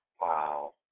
Wow